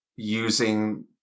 using